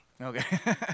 Okay